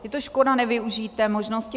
Je škoda nevyužít té možnosti.